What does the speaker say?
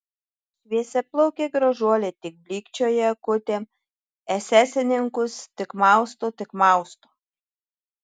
šviesiaplaukė gražuolė tik blykčioja akutėm esesininkus tik mausto tik mausto